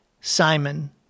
Simon